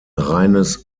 reines